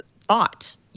thought